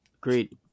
Great